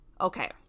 Okay